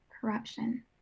corruption